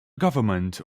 government